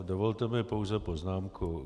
Dovolte mi pouze poznámku.